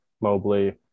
Mobley